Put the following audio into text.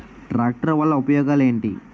Tractor వల్ల ఉపయోగాలు ఏంటీ?